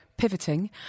pivoting